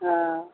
हँ